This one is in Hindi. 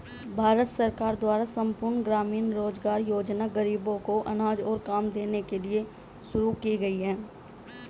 भारत सरकार द्वारा संपूर्ण ग्रामीण रोजगार योजना ग़रीबों को अनाज और काम देने के लिए शुरू की गई है